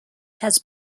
has